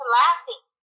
laughing